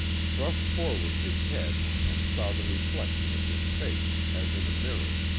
thrust forward his head and saw the reflection of his face, as in a mirror.